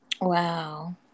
Wow